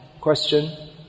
question